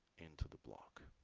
into the block